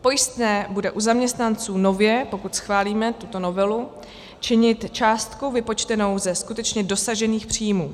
Pojistné bude u zaměstnanců nově, pokud schválíme tuto novelu, činit částku vypočtenou ze skutečně dosažených příjmů.